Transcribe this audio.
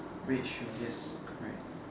red shoe yes correct